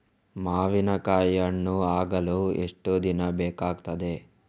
ಮಾವಿನಕಾಯಿ ಹಣ್ಣು ಆಗಲು ಎಷ್ಟು ದಿನ ಬೇಕಗ್ತಾದೆ?